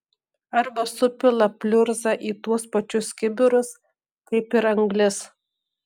arba supila pliurzą į tuos pačius kibirus kaip ir anglis